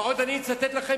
ועוד אני אצטט לכם